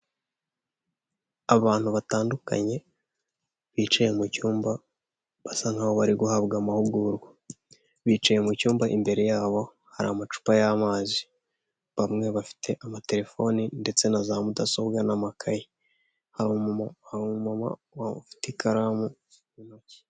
Abantu batandukanye bicaye mu cyumba, basa nk'aho bari guhabwa amahugurwa, bicaye mu cyumba, imbere yabo hari amacupa y'amazi, bamwe bafite amaterefone ndetse na zamudasobwa n'amakaye. Hari umumama ufite ikaramu mu ntoki.